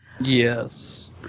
Yes